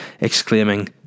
exclaiming